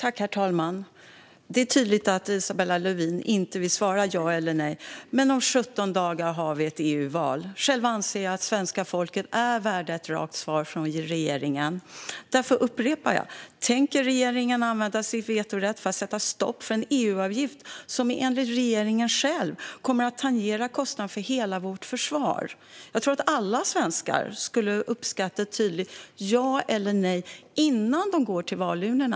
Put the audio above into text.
Herr talman! Det är tydligt att Isabella Lövin inte vill svara ja eller nej. Men om 17 dagar har vi ett EU-val. Jag anser att svenska folket är värda ett rakt svar från regeringen. Därför upprepar jag: Tänker regeringen använda sin vetorätt för att sätta stopp för en EU-avgift som enligt regeringen själv kommer att tangera kostnaden för hela vårt försvar? Jag tror att alla svenskar skulle uppskatta ett tydligt ja eller nej innan de går till valurnorna.